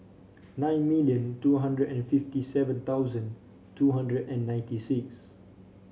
nine million two hundred and fifty seven thousand two hundred and ninety six